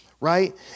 right